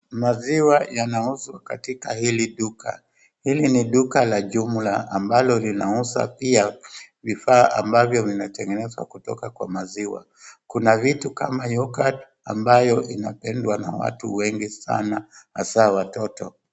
Maziwa yanauzwa katika ili duka. Ili ni duka la jumla ambalo linauza pia vifaa ambavyo vimetegenezwa kutoka kwa maziwa. Kuna vitu kama yoghurt ambayo inapedwa na watu wengi sana asa watoto.